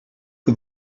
que